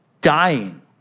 dying